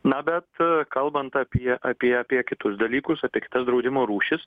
na bet kalbant apie apie apie kitus dalykus apie kitas draudimo rūšis